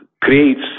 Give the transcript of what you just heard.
creates